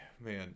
man